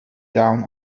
down